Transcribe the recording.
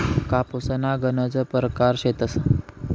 कापूसना गनज परकार शेतस